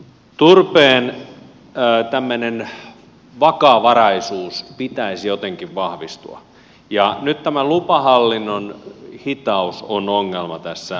turpeen tämmöisen vakavaraisuuden pitäisi jotenkin vahvistua ja nyt tämä lupahallinnon hitaus on ongelma tässä